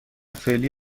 فعلی